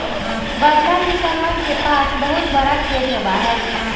बड़का किसनवन के पास बहुत बड़ा खेत होबा हई